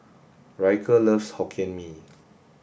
Ryker loves Hokkien Mee